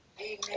Amen